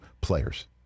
players